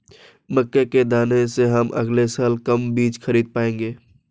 मक्के के दाने से हम अगले साल कम बीज खरीद पाएंगे